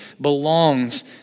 belongs